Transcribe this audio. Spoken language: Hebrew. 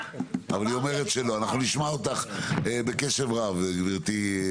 נשמע אותם בקשב רב, גברתי.